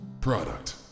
product